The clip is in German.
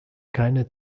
keine